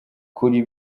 kuri